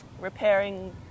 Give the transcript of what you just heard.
repairing